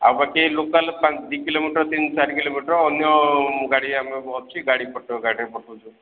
ଆଉ ବାକି ଲୋକାଲ୍ ଦୁଇ କିଲୋମିଟର୍ ତିନ ଚାରି କିଲୋମିଟର୍ ଅନ୍ୟ ଗାଡ଼ି ଆମେ ଅଛି ଗାଡ଼ି ପଟ ଗାଡ଼ିରେ ପଠାଉଛୁ